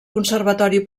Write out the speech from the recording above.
conservatori